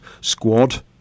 squad